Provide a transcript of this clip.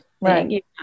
right